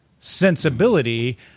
sensibility